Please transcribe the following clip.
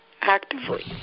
actively